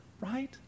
right